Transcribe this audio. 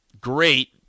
Great